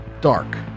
dark